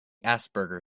asperger